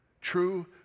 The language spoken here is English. true